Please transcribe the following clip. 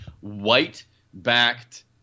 white-backed